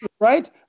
Right